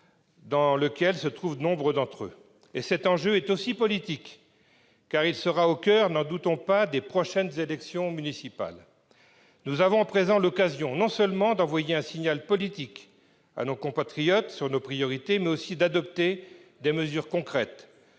dans lequel se trouvent nombre d'entre eux. Il s'agit aussi d'un enjeu politique, car il sera au coeur, n'en doutons pas, des prochaines élections municipales. Nous avons à présent l'occasion non seulement d'envoyer un signal politique à nos compatriotes sur nos priorités, mais aussi d'adopter des mesures concrètes.